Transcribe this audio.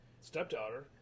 Stepdaughter